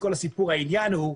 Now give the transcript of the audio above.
העניין הוא,